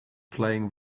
playing